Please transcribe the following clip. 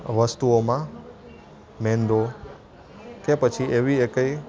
વસ્તુઓમાં મેંદો કે પછી એવી એકેય